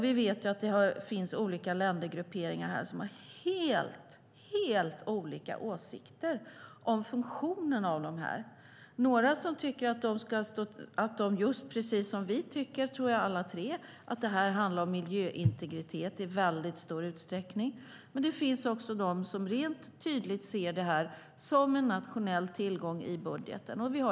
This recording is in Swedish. Vi vet att det finns olika ländergrupperingar som har helt olika åsikter om funktionen av dem. Det finns några som just precis som vi alla tre, tror jag, tycker, att det här handlar om miljöintegritet i stor utsträckning. Men det finns också de som tydligt ser det här som en nationell tillgång i budgeten.